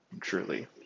truly